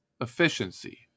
efficiency